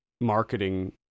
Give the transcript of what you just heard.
marketing